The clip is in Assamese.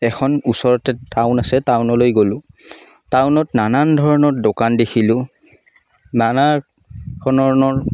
এখন ওচৰতে টাউন আছে টাউনলৈ গ'লোঁ টাউনত নানান ধৰণৰ দোকান দেখিলোঁ নানা ধৰণৰ